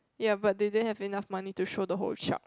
ya but they didn't have enough money to show the whole shark